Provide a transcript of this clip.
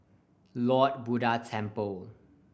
Lord Buddha Temple